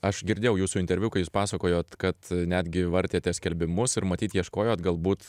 aš girdėjau jūsų interviu jūs pasakojot kad netgi vartėte skelbimus ir matyt ieškojot galbūt